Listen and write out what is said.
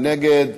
מי נגד?